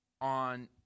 on